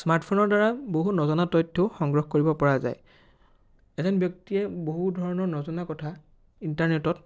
স্মাৰ্টফোনৰ দ্বাৰা বহু নজনা তথ্যও সংগ্ৰহ কৰিব পৰা যায় এজন ব্যক্তিয়ে বহু ধৰণৰ নজনা কথা ইণ্টাৰনেটত